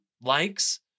likes